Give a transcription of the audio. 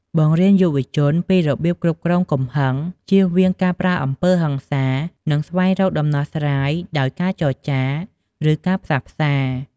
បង្រៀនយុវជនពីរបៀបគ្រប់គ្រងកំហឹង ជៀសវាងការប្រើអំពើហិង្សា និងស្វែងរកដំណោះស្រាយដោយការចរចា ឬការផ្សះផ្សា។